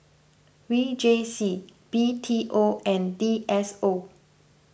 V J C B T O and D S O